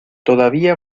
todavía